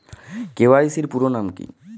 KYC এর পুরোনাম কী?